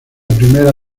primera